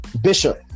bishop